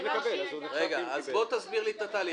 אז תסביר לי את התהליך.